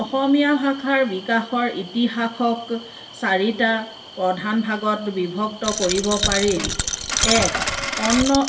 অসমীয়া ভাষাৰ বিকাশৰ ইতিহাসক চাৰিটা প্ৰধান ভাগত বিভক্ত কৰিব পাৰি এক পৰ্ণ